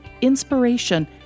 inspiration